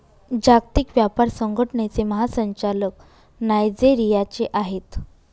जागतिक व्यापार संघटनेचे महासंचालक नायजेरियाचे आहेत